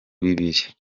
biri